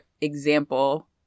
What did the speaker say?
example